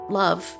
love